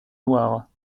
noir